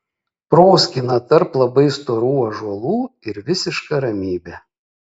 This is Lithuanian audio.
proskyna tarp labai storų ąžuolų ir visiška ramybė